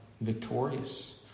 victorious